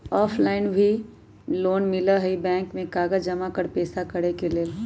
Offline भी loan मिलहई bank में कागज जमाकर पेशा करेके लेल?